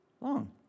long